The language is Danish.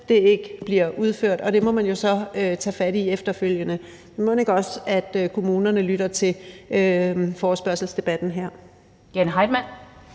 til, ikke bliver udført, og det må man jo så tage fat i efterfølgende. Mon ikke også kommunerne lytter til forespørgselsdebatten her.